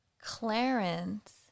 Clarence